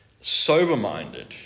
sober-minded